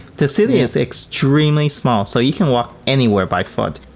the city is extremely small, so you can walk anywhere by foot.